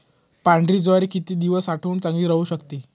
पांढरी ज्वारी किती दिवस साठवून चांगली राहू शकते?